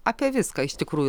apie viską iš tikrųjų